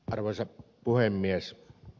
arvoisa puhemies